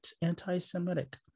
anti-Semitic